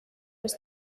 was